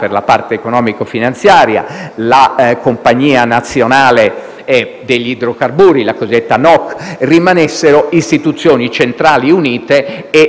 per la parte economico-finanziaria e la Compagnia nazionale degli idrocarburi, la cosiddetta NOC, rimanessero istituzioni centrali unite